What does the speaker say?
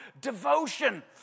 devotion